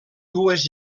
dues